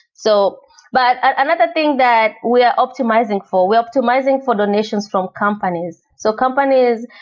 so but another thing that we're optimizing for, we're optimizing for donations from companies. so companies,